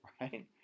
Right